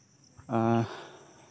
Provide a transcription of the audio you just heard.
ᱮᱫ